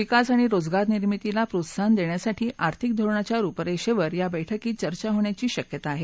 विकास आणि रोजगार निर्मितीला प्रोत्साहन देण्यासाठी आर्थिक धोरणाच्या रुपरेषेवर या बैठकीत चर्चा होण्याची शक्यता आहे